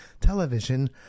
television